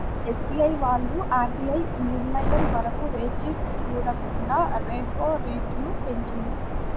SBI వాళ్ళు RBI నిర్ణయం వరకు వేచి చూడకుండా రెపో రేటును పెంచింది